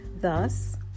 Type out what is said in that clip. thus